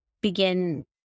begin